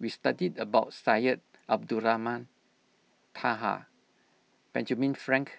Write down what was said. we studied about Syed Abdulrahman Taha Benjamin Frank